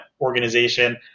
organization